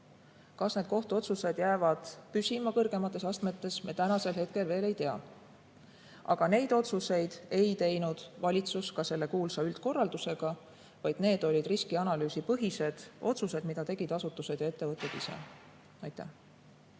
Kas need kohtuotsused jäävad püsima kõrgemates astmetes, me veel ei tea. Aga neid otsuseid ei teinud valitsus ka selle kuulsa üldkorraldusega, vaid need olid riskianalüüsipõhised otsused, mida tegid asutused ja ettevõtted ise. Suur